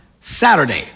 Saturday